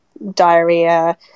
diarrhea